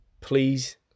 please